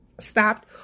stopped